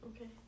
Okay